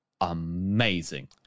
amazing